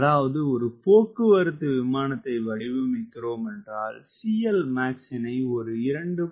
அதாவது ஒரு போக்குவரத்து விமானத்தை வடிவமைக்கிறோம் என்றால் CLmax -னை ஒரு 2